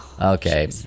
Okay